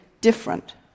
different